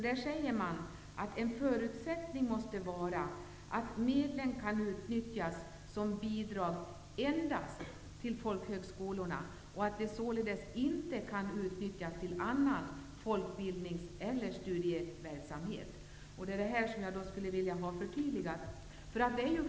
Där säger man att en förutsättning måste vara att medlen kan utnyttjas som bidrag endast till folkhögskolorna och att de således inte kan utnyttjas inom annan folkbildningsverksamhet. Det är detta som jag vill ha förtydligat.